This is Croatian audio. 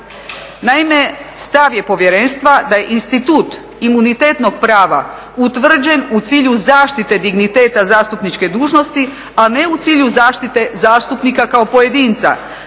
Naime, stav je povjerenstva da je institut imunitetnog prava utvrđen u cilju zaštite digniteta zastupničke dužnosti, a ne u cilju zaštite zastupnika kao pojedinca,